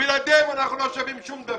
בלעדיהם אנחנו לא שווים שום דבר.